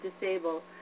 disabled